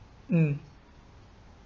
mm